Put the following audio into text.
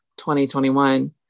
2021